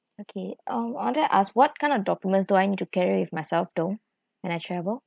okay um I wanted to ask what kind of documents do I need to carry with myself though when I travel